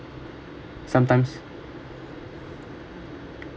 sometimes